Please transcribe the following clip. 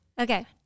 Okay